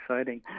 exciting